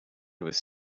was